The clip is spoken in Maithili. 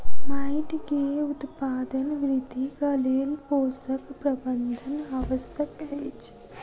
माइट के उत्पादन वृद्धिक लेल पोषक प्रबंधन आवश्यक अछि